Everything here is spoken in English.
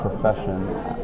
profession